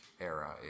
era